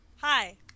Hi